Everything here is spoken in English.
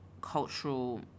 cultural